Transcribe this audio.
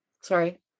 sorry